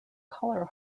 color